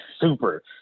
super